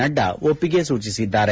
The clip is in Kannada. ನಡ್ಡಾ ಒಪ್ಪಿಗೆ ಸೂಚಿಸಿದ್ದಾರೆ